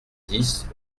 dix